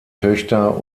töchter